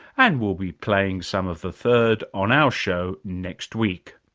and we'll be playing some of the third on our show next week.